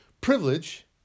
Privilege